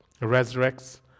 resurrects